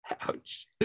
Ouch